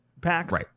packs